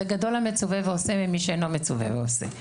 זה גדול המצווה ועושה ממי שאינו מצווה ועושה,